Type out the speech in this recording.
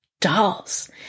dolls